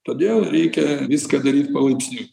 todėl reikia viską daryt palaipsniui